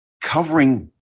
covering